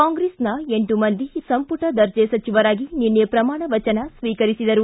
ಕಾಂಗ್ರೆಸ್ನ ಎಂಟು ಮಂದಿ ಸಂಪುಟ ದರ್ಜೆ ಸಚಿವರಾಗಿ ನಿನ್ನೆ ಪ್ರಮಾಣ ವಚನ ಸ್ನೀಕರಿಸಿದರು